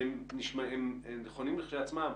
שהם נכונים כשלעצמם,